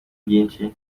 byinshi